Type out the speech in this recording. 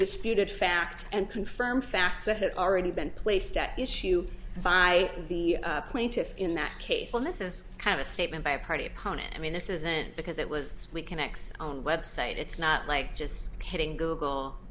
disputed fact and confirm fact that it already been placed at issue by the plaintiffs in that case all this is kind of a statement by a party opponent i mean this isn't because it was we can x own website it's not like just kidding google